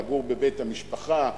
לגור בבית המשפחה,